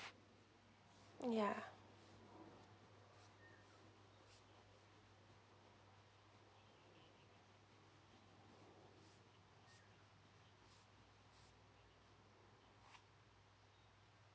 yeah